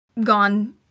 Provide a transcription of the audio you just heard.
gone